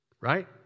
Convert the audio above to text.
right